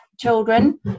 children